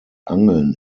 angeln